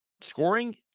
scoring